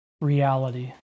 reality